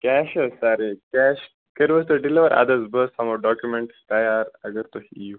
cash حظ سر cash کٔرو حظ تۄہہِ ڈیٚلِوَر اَدٕ حظ بہٕ حظ تھامو ڈاکِمیٚنٛٹٕس تیار اگر تۄہہِ ییو